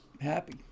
happy